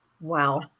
Wow